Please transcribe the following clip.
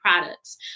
products